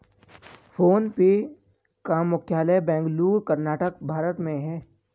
phone पे का मुख्यालय बेंगलुरु, कर्नाटक, भारत में है